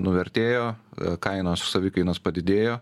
nuvertėjo kainos savikainos padidėjo